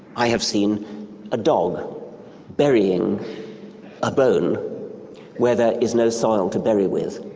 i have seen a dog burying a bone where there is no soil to bury with.